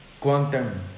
quantum